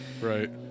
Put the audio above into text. right